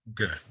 Okay